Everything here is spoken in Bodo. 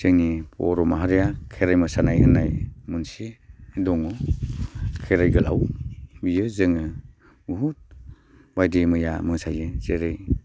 जोंनि बर' माहारिया खेराइ मोसानाय होननाय मोनसे दङ खेराइ गोलाव बियो जोङो बुहुद बायदि मैया मोसायो जेरै